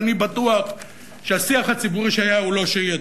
ואני בטוח שהשיח הציבורי שהיה לא הוא שיהיה.